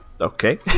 Okay